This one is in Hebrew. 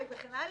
ואותה